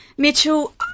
Mitchell